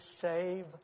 save